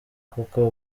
koko